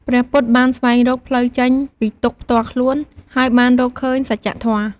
ព្រះពុទ្ធបានស្វែងរកផ្លូវចេញពីទុក្ខផ្ទាល់ខ្លួន ហើយបានរកឃើញសច្ចធម៌។